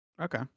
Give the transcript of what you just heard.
Okay